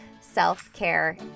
self-care